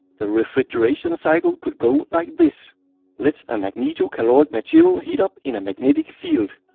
the refrigeration cycle could go like this let a magnetocaloric material heat up in a magnetic field.